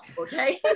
okay